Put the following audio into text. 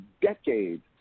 decades